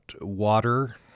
water